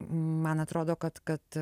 man atrodo kad kad